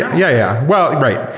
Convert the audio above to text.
yeah. well, right.